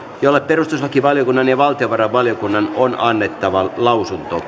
jolle perustuslakivaliokunnan ja valtiovarainvaliokunnan on annettava lausunto